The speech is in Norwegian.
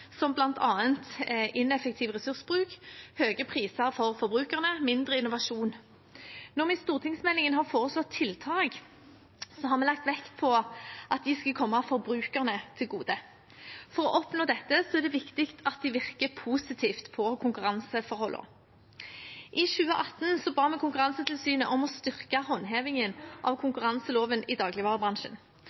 som bl.a. ineffektiv ressursbruk, høye priser for forbrukerne, mindre innovasjon. Når vi i stortingsmeldingen har foreslått tiltak, har vi lagt vekt på at de skulle komme forbrukerne til gode. For å oppnå dette, er det viktig at de virker positivt på konkurranseforholdene. I 2018 ba vi Konkurransetilsynet om å styrke håndhevingen av konkurranseloven i dagligvarebransjen.